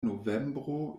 novembro